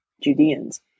Judeans